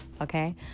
okay